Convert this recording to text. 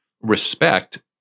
respect